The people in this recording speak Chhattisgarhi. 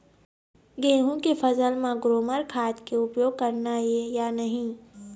गेहूं के फसल म ग्रोमर खाद के उपयोग करना ये या नहीं?